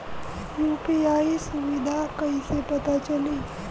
UPI सुबिधा कइसे पता चली?